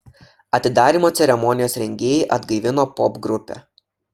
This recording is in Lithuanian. atidarymo ceremonijos rengėjai atgaivino popgrupę